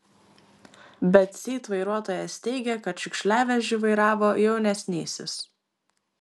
bet seat vairuotojas teigia kad šiukšliavežį vairavo jaunesnysis